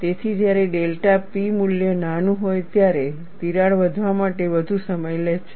તેથી જ્યારે delta P મૂલ્ય નાનું હોય ત્યારે તિરાડ વધવા માટે વધુ સમય લે છે